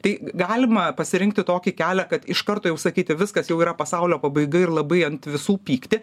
tai galima pasirinkti tokį kelią kad iš karto jau sakyti viskas jau yra pasaulio pabaiga ir labai ant visų pykti